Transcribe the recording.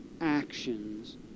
actions